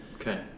okay